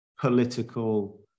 political